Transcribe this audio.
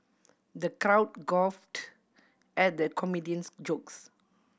the crowd guffawed at the comedian's jokes